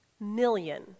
million